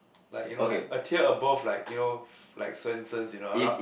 like you know like a tier above like you know like Swensens you know we're not